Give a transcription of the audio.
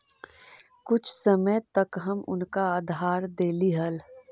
कुछ समय तक हम उनका उधार देली हल